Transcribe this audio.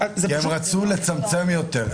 --- כי הם רצו לצמצם יותר.